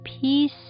peace